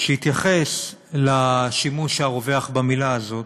שהתייחס לשימוש הרווח במילה הזאת,